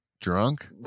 Drunk